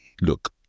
look